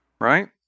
right